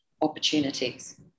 opportunities